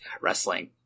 wrestling